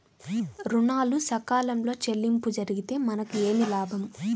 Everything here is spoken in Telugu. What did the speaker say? ఋణాలు సకాలంలో చెల్లింపు జరిగితే మనకు ఏమి లాభం?